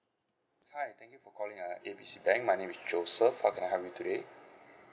hi thank you for calling err A B C bank my name joseph how can I help you today